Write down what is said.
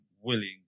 willing